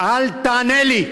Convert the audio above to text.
אל תענה לי.